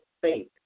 faith